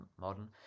modern